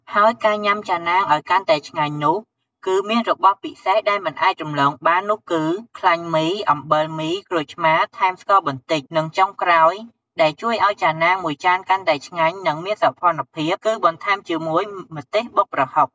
ហើយការញ៉ាំ ចាណាង ឱ្យកាន់តែឆ្ងាញ់នោះគឺមានរបស់ពិសេសដែលមិនអាចរំលងបាននោះគឺ ខ្លាញ់មី អំបិលមី ក្រូចឆ្មា ថែមស្ករបន្តិច និងចុងក្រោយដែលជួយឱ្យចាណាងមួយចានកាន់តែឆ្ងាញ់ និងមានសោភ័ណ្ឌភាព គឺបន្ថែមជាមួយ ម្ទេសបុកប្រហុក។